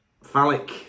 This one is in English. phallic